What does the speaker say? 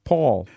Paul